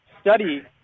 study